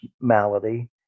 malady